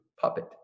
puppet